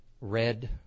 red